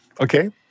Okay